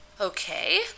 Okay